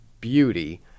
beauty